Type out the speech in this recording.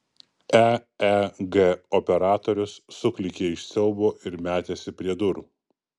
eeg operatorius suklykė iš siaubo ir metėsi prie durų